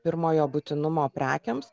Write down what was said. pirmojo būtinumo prekėms